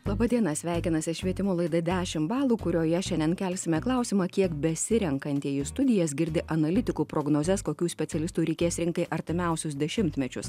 laba diena sveikinasi švietimo laida dešim balų kurioje šiandien kelsime klausimą kiek besirenkantieji studijas girdi analitikų prognozes kokių specialistų reikės rinkai artimiausius dešimtmečius